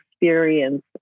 experience